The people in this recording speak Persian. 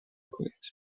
کنید